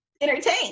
entertain